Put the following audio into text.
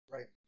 Right